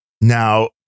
now